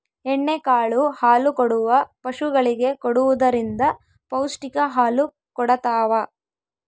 ಎಣ್ಣೆ ಕಾಳು ಹಾಲುಕೊಡುವ ಪಶುಗಳಿಗೆ ಕೊಡುವುದರಿಂದ ಪೌಷ್ಟಿಕ ಹಾಲು ಕೊಡತಾವ